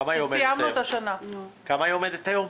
ועל כמה היא עומדת היום?